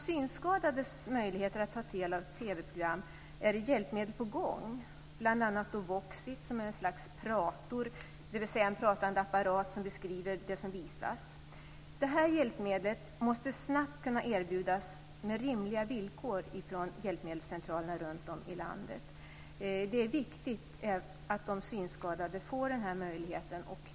TV-program är det hjälpmedel på gång, bl.a. Voxit, som är ett slags "prator", dvs. en pratande apparat som beskriver det som visas. Detta hjälpmedel måste snabbt kunna erbjudas med rimliga villkor från hjälpmedelscentralerna runtom i landet. Det är viktigt att de synskadade får denna möjlighet.